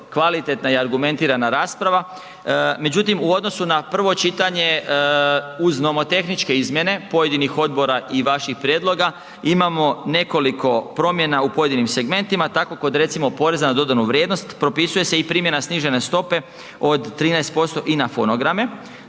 kvalitetna i argumentirana rasprava, međutim u odnosu na prvo čitanje uz nomotehničke izmjene pojedinih odbora i vaših prijedloga, imamo nekoliko promjena u pojedinim segmentima, tako kod recimo poreza na dodanu vrijednost propisuje se i primjena snižene stope od 13% i na fonograme,